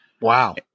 Wow